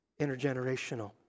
intergenerational